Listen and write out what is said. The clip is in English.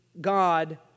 God